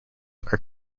are